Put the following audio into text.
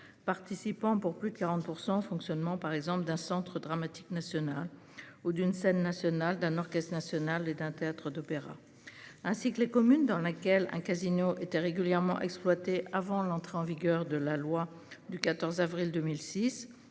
participant pour plus de 40% fonctionnement par exemple d'un centre dramatique national ou d'une scène nationale d'un orchestre national et d'un théâtre d'opéra. Ainsi que les communes dans laquelle un casino était régulièrement exploitées avant l'entrée en vigueur de la loi du 14 avril 2006